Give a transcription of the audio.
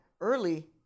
early